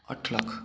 अट्ठ लक्ख